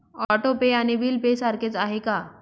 Auto pay आणि bill pay सारखेच आहे का?